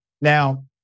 Now